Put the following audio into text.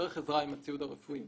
צריך עזרה עם הציוד הרפואי.